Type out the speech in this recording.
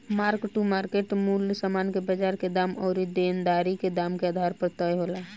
mark to market मूल्य समान के बाजार के दाम अउरी देनदारी के दाम के आधार पर तय होला